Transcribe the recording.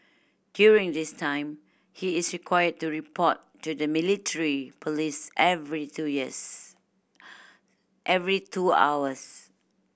during this time he is required to report to the military police every two years every two hours